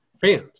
fans